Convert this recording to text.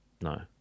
no